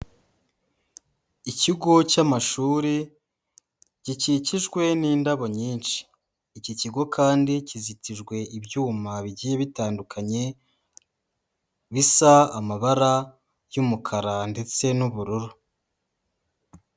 Ikigo cy'amashuri gikikijwe n'indabo nyinshi, iki kigo kandi kizitijwe ibyuma bigiye bitandukanye, bisa amabara y'umukara ndetse n'ubururu.